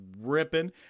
ripping